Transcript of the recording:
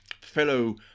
fellow